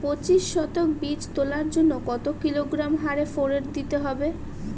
পঁচিশ শতক বীজ তলার জন্য কত কিলোগ্রাম হারে ফোরেট দিতে হবে?